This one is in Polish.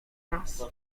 nas